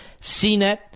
CNET